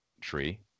tree